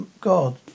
God